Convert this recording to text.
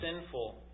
sinful